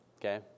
Okay